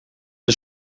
een